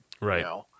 Right